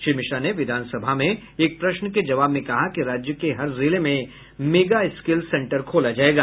श्री मिश्रा ने विधानसभा में एक प्रश्न के जवाब में कहा कि राज्य के हर जिले में मेगा स्किल सेंटर खोला जायेगा